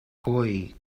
boy